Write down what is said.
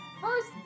First